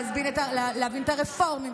להבין את הרפורמים,